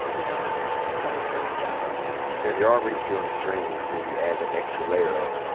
you know, in ah in a public service job right now. and if you're already feeling strain and then you add that extra layer of,